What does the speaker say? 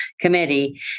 Committee